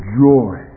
joy